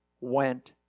went